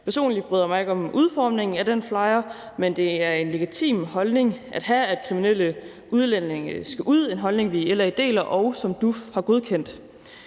Personligt bryder jeg mig ikke om udformningen af den flyer, men det er en legitim holdning at have, at kriminelle udlændinge skal ud – en holdning, vi i LA deler, og som DUF har godkendt.